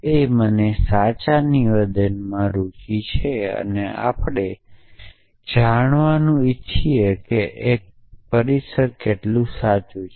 અને મને સાચા નિવેદનમાં રુચિ છે આપણે જાણવાનું ઇચ્છીએ છીએ કે કેટલુંક પરિસર સાચું નથી